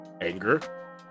anger